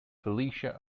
felicia